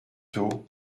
tôt